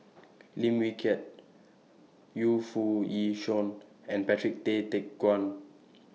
Lim Wee Kiak Yu Foo Yee Shoon and Patrick Tay Teck Guan